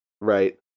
Right